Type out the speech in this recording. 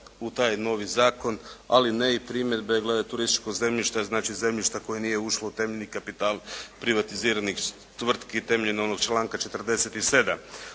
u taj novi zakon, ali ne i primjedbe glede turističkog zemljišta, znači zemljišta koje nije ušlo u temeljni kapital privatiziranih tvrtki temeljem onog članka 47.